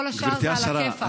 כל השאר זה עלא כיפאק.